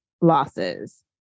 losses